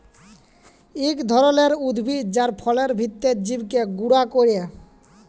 ইক ধরলের উদ্ভিদ যার ফলের ভিত্রের বীজকে গুঁড়া ক্যরে